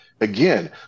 Again